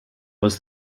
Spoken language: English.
was